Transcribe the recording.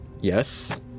Yes